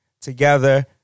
together